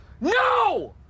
no